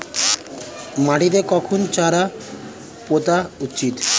মাটিতে কখন চারা পোতা উচিৎ?